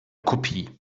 kopie